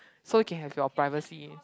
so can have your privacy